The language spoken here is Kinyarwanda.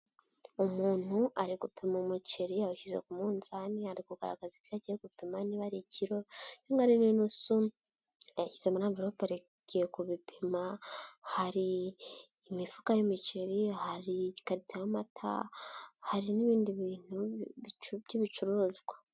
Umuntu ari gupima umuceri awushyize ku munzani, ari kugaragaza ibyo agiye gupima niba ari ikiro, niba Ari n'inusu yashyize muri anvirope agiye ku bipima hari imifuka y'imiceri, hari ikarito y'amata, hari n'ibindi bintu by'ibicuruzwa.